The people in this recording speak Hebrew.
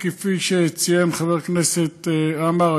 כפי שציין חבר הכנסת עמאר,